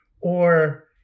or-